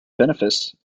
benefice